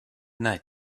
night